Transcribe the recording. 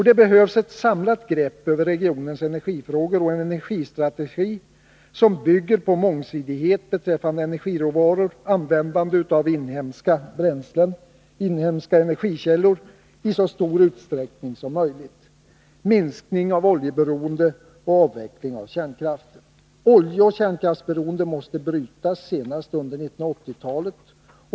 Det behövs ett samlat grepp över regionens energifrågor och en energistrategi som bygger på mångsidighet beträffande energiråvaror, användande av inhemska energikällor i så stor utsträckning som möjligt, minskning av oljeberoendet och avveckling av kärnkraften. Oljeoch kärnkraftsberoendet måste brytas senast under 1980-talet.